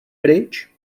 pryč